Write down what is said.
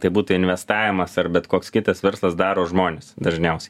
tai būtų investavimas ar bet koks kitas verslas daro žmonės dažniausiai